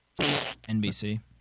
nbc